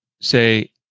Say